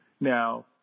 Now